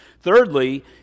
Thirdly